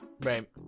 Right